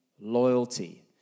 loyalty